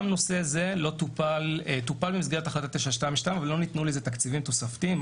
נושא זה טופל במסגרת החלטת 922 אבל לא ניתנו לזה תקציבים תוספתיים,